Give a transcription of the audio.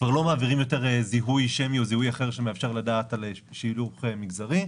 כבר לא מעבירים יותר זיהוי שמי או זיהוי אחר שמאפשר לדעת על שיוך מגזרי,